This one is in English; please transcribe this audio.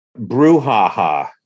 brouhaha